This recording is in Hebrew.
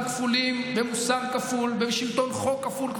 כפולים ומוסר כפול ושלטון חוק כפול,